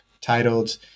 titled